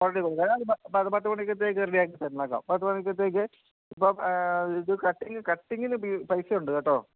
പത്ത് മണിക്കത്തേക്ക് റെഡി ആക്കി തന്നേക്കാം പത്ത് മണിക്കത്തേക്ക് ഇപ്പം ഇത് കട്ടിങ്ങ് കട്ടിങ്ങിന് പൈസ ഉണ്ട് കേട്ടോ